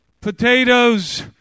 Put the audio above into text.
potatoes